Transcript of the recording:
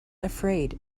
afraid